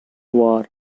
war